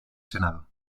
senado